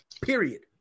Period